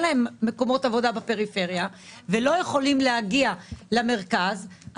להם מקומות עבודה בפריפריה ולא יכולים להגיע למרכז,